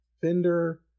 Fender